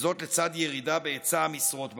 וזאת לצד ירידה בהיצע המשרות במשק.